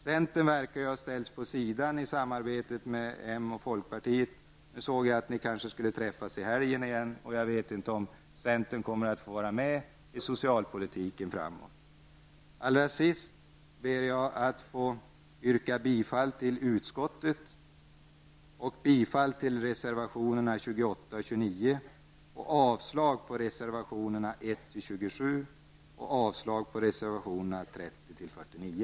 Centern verkar ha ställts åt sidan i samarbetet mellan moderaterna och folkpartiet. Nu såg jag att ni kanske skulle träffas i helgen igen. Jag vet inte om centern kommer att få vara med i utformandet av socialpolitiken framöver. Allra sist ber jag att få yrka bifall till utskottets hemställan och bifall till reservationerna 28 och 29